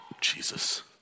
Jesus